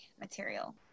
material